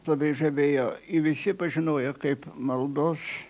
labai žavėjo jį visi pažinojo kaip maldos